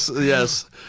Yes